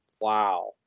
Wow